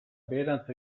beherantz